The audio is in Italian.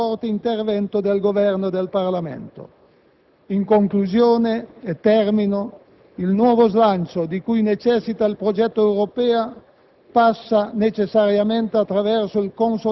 Anche in quest'ambito, urge un deciso e forte intervento del Governo e del Parlamento. In conclusione, il nuovo slancio di cui necessita il progetto europeo